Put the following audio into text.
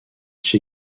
che